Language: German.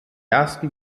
ersten